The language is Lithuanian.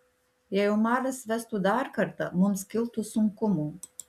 jei omaras vestų dar kartą mums kiltų sunkumų